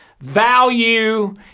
value